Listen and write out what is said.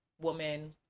woman